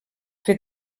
fer